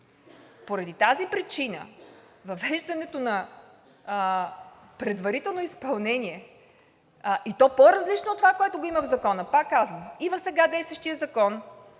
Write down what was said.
Поради тази причина въвеждането на предварително изпълнение, и то по-различно от това, което го има в Закона, пак казвам: и в сега действащия закон